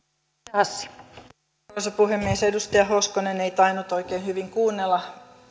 arvoisa puhemies edustaja hoskonen ei tainnut oikein hyvin kuunnella